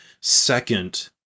second